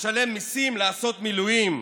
לשלם מיסים, לעשות מילואים.